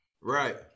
Right